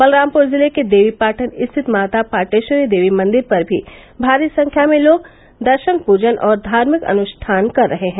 बलरामपुर जिले के देवीपाटन स्थित माता पाटेश्वरी देवी मंदिर पर भारी संख्या में लोग दर्शन पूजन और धार्मिक अनुष्ठान कर रहे हैं